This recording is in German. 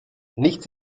nichts